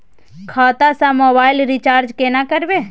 खाता स mobile recharge केना करबे?